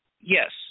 Yes